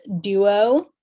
duo